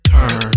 Turn